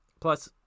Plus